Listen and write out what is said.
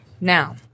Now